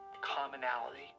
commonality